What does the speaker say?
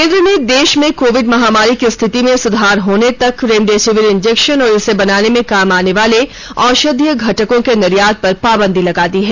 केंद्र ने देश में कोविड महामारी की स्थिति में सुधार होने तक रेमडेसिविर इन्जेक्शन और इसे बनाने में काम आने वाले औषधीय घटकों के निर्यात पर पाबंदी लगा दी है